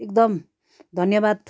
एकदम धन्यवाद